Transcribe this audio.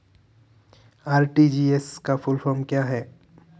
RTGS का full form क्या है?